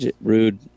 Rude